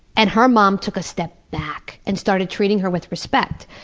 and her mom took a step back and started treating her with respect.